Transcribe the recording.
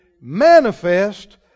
manifest